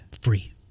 Free